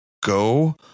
go